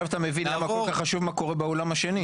אתה מבין מה כל כך חשוב מה קורה בעולם השני?